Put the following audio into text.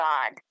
God